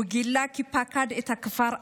הוא גילה כי פקד את הכפר אסון: